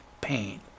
pain